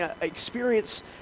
experience